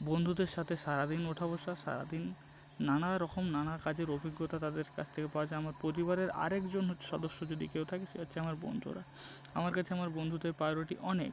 বন্ধুদের সাথে সারা দিন ওঠা বসা সারা দিন নানা রকম নানা কাজের অভিজ্ঞতা তাদের কাছ থেকে পাওয়া যায় আমার পরিবারের আরেকজনও সদস্য যদি কেউ থাকে সে হচ্ছে আমার বন্ধুরা আমার কাছে আমার বন্ধুদের প্রায়োরিটি অনেক